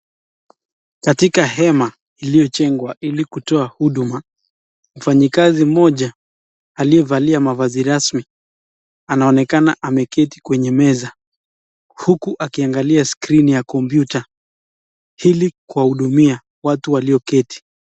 Katika hema iliyojengwa ili kutoa huduma, mfanyikazi mmoja aliyevalia mavazi rasmi anaonekana ameketi kwenye meza huku akiangalia screen ya kompyuta ili kuwahudumia watu walioketi.